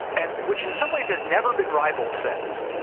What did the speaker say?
and which in some ways has never been rivaled since,